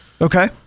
okay